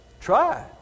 Try